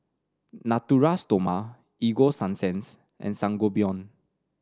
Natura Stoma Ego Sunsense and Sangobion